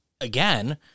again